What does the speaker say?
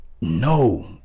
No